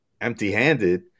empty-handed